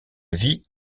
vie